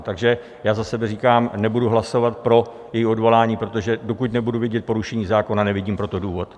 Takže já za sebe říkám: Nebudu hlasovat pro její odvolání, protože dokud nebudu vidět porušení zákona, nevidím pro to důvod.